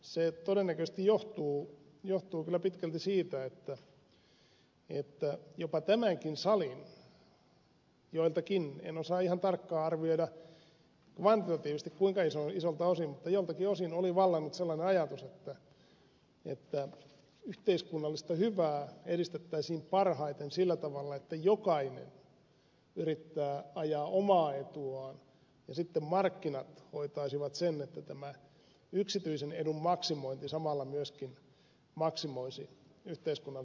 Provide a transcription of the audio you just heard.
se todennäköisesti johtuu kyllä pitkälti siitä että jopa tämänkin salin joiltakin osin en osaa ihan tarkkaan arvioida kvantitatiivisesti kuinka isolta osin mutta joiltakin osin oli vallannut sellainen ajatus että yhteiskunnallista hyvää edistettäisiin parhaiten sillä tavalla että jokainen yrittää ajaa omaa etuaan ja sitten markkinat hoitaisivat sen että tämä yksityisen edun maksimointi samalla myöskin maksimoisi yhteiskunnallisen hyvän